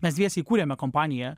mes dviese įkūrėme kompaniją